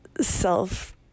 self